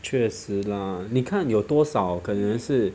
确实啦你看有多少可能是